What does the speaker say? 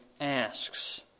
asks